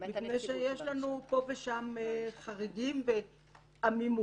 מפני שיש לנו פה ושם חריגים ועמימות.